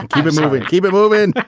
and keep it moving. keep it moving.